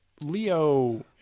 Leo